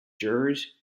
jurors